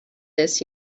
this